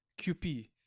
QP